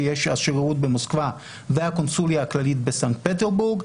השגרירות במוסקבה והקונסוליה הכללית בסנט פטרסבורג.